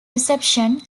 reception